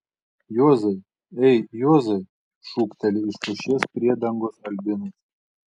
juozai ei juozai šūkteli iš pušies priedangos albinas